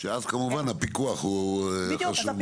שאז, כמובן, הפיקוח חשוב מאוד.